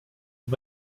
aux